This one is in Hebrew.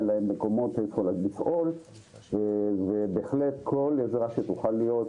אין להם מקומות איפה לפעול ובהחלט כל עזרה נוספת שתוכל להיות,